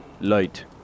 light